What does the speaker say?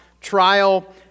trial